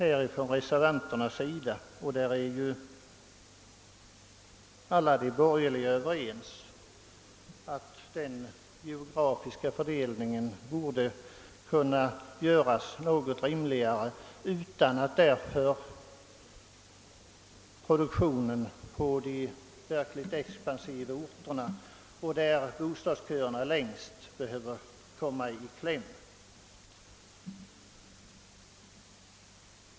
Vi reservanter anser — och därvidlag är alla de borgerliga överens — att den geografiska fördelningen borde kunna göras något rimligare utan att därför produktionen på de verkligt expansiva orterna med de längsta bostadsköerna behöver komma i kläm.